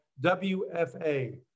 WFA